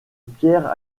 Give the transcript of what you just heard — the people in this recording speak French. pierre